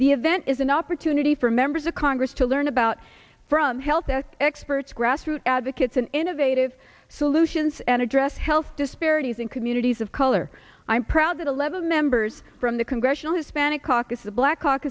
the event is an opportunity for members of congress to learn about from health experts grassroots advocates and innovative solutions and address health disparities in communities of color i'm proud that eleven members from the congressional hispanic caucus the black